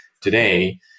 today